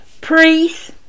priest